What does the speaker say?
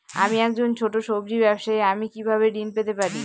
আমি একজন ছোট সব্জি ব্যবসায়ী আমি কিভাবে ঋণ পেতে পারি?